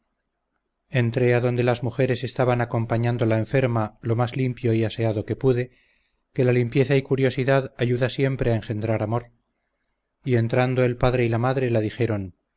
entré adonde las mujeres estaban acompañando la enferma lo más limpio y aseado que pude que la limpieza y curiosidad ayuda siempre a engendrar amor y entrando el padre y la madre la dijeron